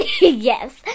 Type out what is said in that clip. Yes